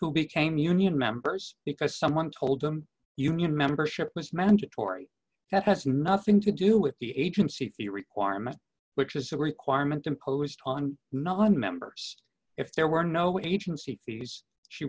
who became union members because someone told them union membership was mandatory that has nothing to do with the agency fee requirement which is a requirement imposed on nonmembers if there were no agency fees she